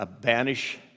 banish